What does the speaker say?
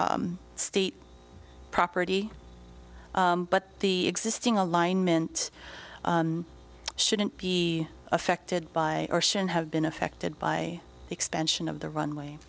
state property but the existing alignment shouldn't be affected by or should have been affected by the expansion of the runway